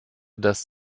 dass